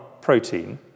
protein